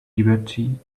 liberty